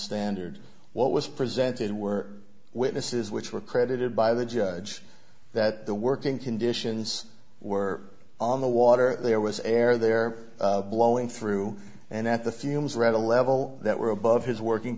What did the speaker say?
standard what was presented were witnesses which were credited by the judge that the working conditions were on the water there was air there blowing through and that the fumes read a level that were above his working